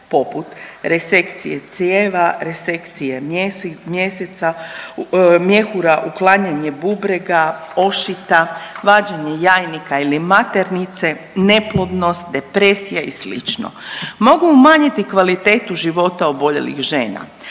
poput resekcije crijeva, resekcije mjehura, uklanjanje bubrega, ošita, vađenje jajnika ili maternice, neplodnost, depresija mogu umanjiti kvalitetu života oboljelih žena,